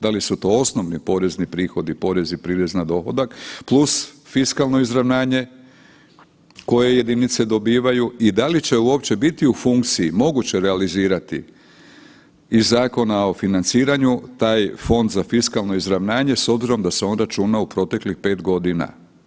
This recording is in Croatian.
Da li su to osnovni porezni prihodi porez i prirez na dohodak plus fiskalno izravnanje, koje jedinice dobivaju i da li će uopće biti u funkciji moguće realizirati iz Zakona o financiranju taj Fond za fiskalno izravnanje s obzirom da se on računa u proteklih pet godina?